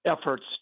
efforts